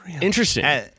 Interesting